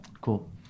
Cool